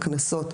הקנסות,